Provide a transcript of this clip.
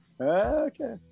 okay